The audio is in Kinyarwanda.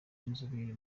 b’inzobere